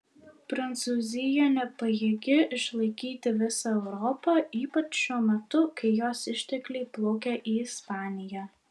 prancūzija nepajėgi išlaikyti visą europą ypač šiuo metu kai jos ištekliai plaukia į ispaniją